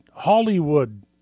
Hollywood